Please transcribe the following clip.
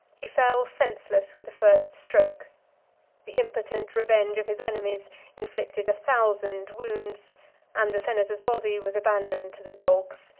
he fell senseless with the first stroke the impotent revenge of his enemies inflicted a thousand wounds and the senator's body was abandoned to the dogs,